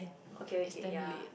okay okay ya